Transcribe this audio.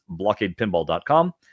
blockadepinball.com